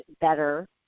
better